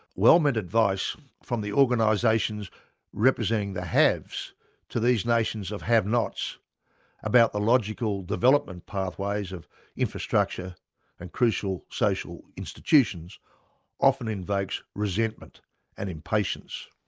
well-meant advice from the organisations representing the haves to these nations of have-nots about the logical development pathways of infrastructure and crucial social institutions often invokes resentment and impatience.